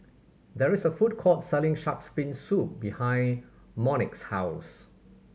there is a food court selling Shark's Fin Soup behind Monique's house